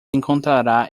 encontrará